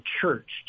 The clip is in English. church